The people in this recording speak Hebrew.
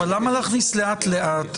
אדוני המנהל, למה להכניס לאט לאט?